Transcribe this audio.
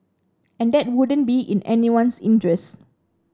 and that wouldn't be in anyone's interest